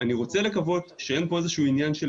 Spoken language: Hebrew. אני רוצה לקוות שאין פה איזה שהוא עניין של